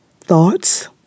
thoughts